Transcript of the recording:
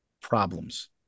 problems